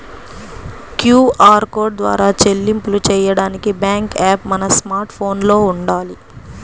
QR code ద్వారా చెల్లింపులు చెయ్యడానికి బ్యేంకు యాప్ మన స్మార్ట్ ఫోన్లో వుండాలి